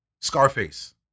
Scarface